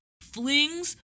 flings